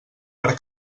per